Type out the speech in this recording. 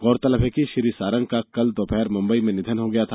गौरतलब है कि श्री सारंग का कल दोपहर मुंबई में निधन हो गया था